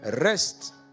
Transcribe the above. Rest